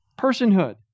personhood